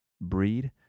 breed